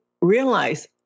realize